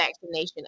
vaccination